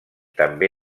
també